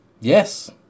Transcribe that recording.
Yes